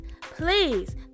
please